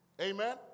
Amen